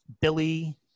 billy